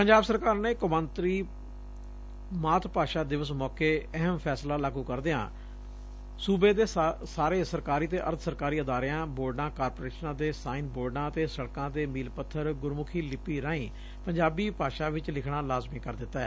ਪੰਜਾਬ ਸਰਕਾਰ ਨੇ ਕੋਮਾਂਤਰੀ ਮਾਤ ਭਾਸ਼ਾ ਦਿਵਸ ਮੌਕੇ ਅਹਿਮ ਫੈਸਲਾ ਲਾਗੂ ਕਰਦਿਆਂ ਸੂਬੇ ਦੇ ਸਾਰੇ ਸਰਕਾਰੀ ਤੇ ਅਰਧ ਸਰਕਾਰੀ ਅਦਾਰਿਆਂ ਬੋਰਡਾਂ ਕਾਰਪੋਰੇਸ਼ਨਾਂ ਦੇ ਸਾਈਨ ਬੋਰਡਾਂ ਅਤੇ ਸੜਕਾਂ ਦੇ ਮੀਲ ਪੱਬਰ ਗੁਰਮੁਖੀ ਲਿੱਪੀ ਰਾਹੀ ਪੰਜਾਬੀ ਭਾਸ਼ਾ ਵਿਚ ਲਿਖਣਾ ਲਾਜ਼ਮੀ ਕਰ ਦਿੱਤੈ